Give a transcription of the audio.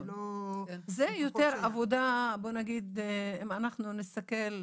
זה יותר עבודה בוא נגיד אם אנחנו נסתכל,